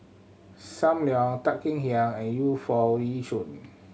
Sam Leong Tan Kek Hiang and Yu Foo Yee Shoon